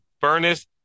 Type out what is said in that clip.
furnace